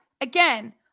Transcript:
Again